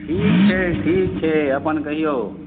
ठीक छै ठीक छै अपन कहियौ